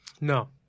No